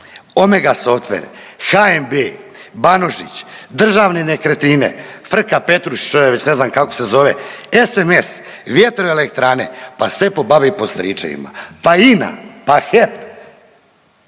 Omega softver, HNB, Banožić, Državne nekretnine, Frka-Petrušić … ne znam kako se zove, SMS, Vjetroelektrane pa sve po babi i po stričevima, pa INA, pa HEP